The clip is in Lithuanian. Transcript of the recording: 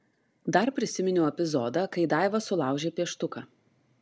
dar prisiminiau epizodą kai daiva sulaužė pieštuką